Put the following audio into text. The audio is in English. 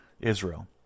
Israel